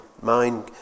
mind